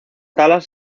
talas